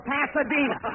Pasadena